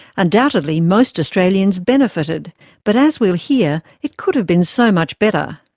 undoubtedly most australians benefitted but, as we'll hear, it could have been so much better.